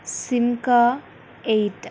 Simca eight